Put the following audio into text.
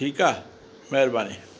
ठीकु आहे महिरबानी